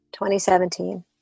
2017